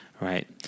right